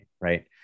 right